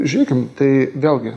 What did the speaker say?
žiūrėkime tai vėlgi